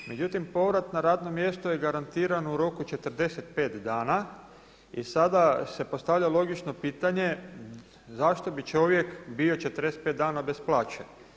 Međutim, povrat na radno mjesto je garantiran u roku 45 dana i sada se postavlja logično pitanje, zašto bi čovjek bio 45 dana bez plaće.